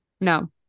No